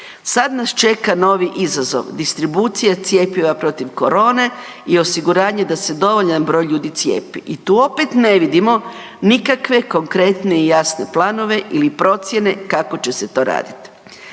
„Sad nas čeka novi izazov, distribucija cjepiva protiv korone i osiguranje da se dovoljan broj ljudi cijepi“. I tu opet ne vidimo nikakve konkretne i jasne planove ili procjene kako će se to radit.